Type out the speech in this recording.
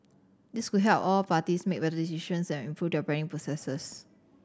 this could help all parties make better decisions and improve their planning processes